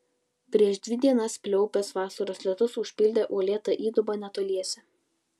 prieš dvi dienas pliaupęs vasaros lietus užpildė uolėtą įdubą netoliese